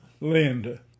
linda